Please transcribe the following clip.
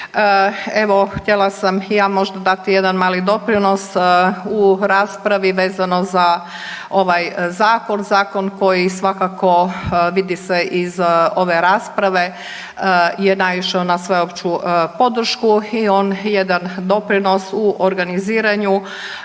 Evo, htjela sam i ja možda dati jedan mali doprinos u raspravi vezano za ovaj Zakon, zakon koji svakako, vidi se iz ove rasprave, je naišao na sveopću podršku i on jedan doprinos u organiziranju